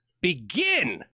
begin